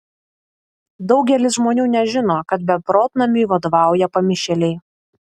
daugelis žmonių nežino kad beprotnamiui vadovauja pamišėliai